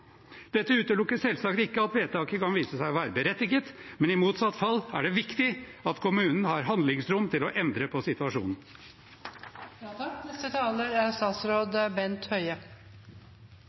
Dette utelukker selvsagt ikke at vedtaket kan vise seg å være berettiget, men i motsatt fall er det viktig at kommunen har handlingsrom til å endre på situasjonen. Nasjonal helse- og sykehusplan er